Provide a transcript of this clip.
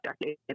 decade